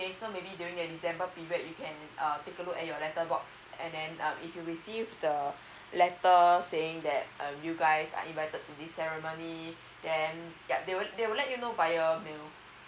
okay so maybe during the december period you can um take a look at your letter box and then uh if you receive the letter saying that uh you guys are invited to this ceremony then yeah they would they would let you know via mail